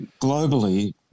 globally